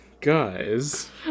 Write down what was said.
Guys